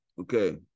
Okay